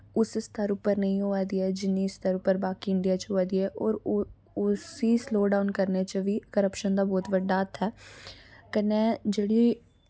उस स्थर उप्पर नेईं होआ दी ऐ जिन्नी स्थर उप्पर बाकि इंडिया च होआ दी ऐ और उ उस्सी स्लो डाउन करने च वी करप्शन दा बोह्त बड्डा हत्थ ऐ कन्नै जेह्ड़ी